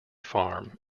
farm